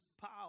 power